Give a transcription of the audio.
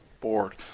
board